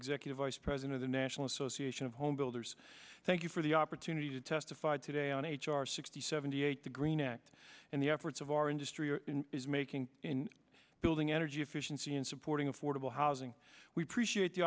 executive vice president of the national association of homebuilders thank you for the opportunity to testified today on h r sixty seventy eight the green act and the efforts of our industry is making in building energy efficiency and supporting affordable housing we preceded the